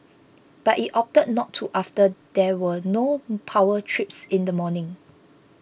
but it opted not to after there were no power trips in the morning